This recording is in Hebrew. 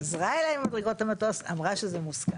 חזרה אליי ממדרגות המטוס, אמרה שזה מוסכם.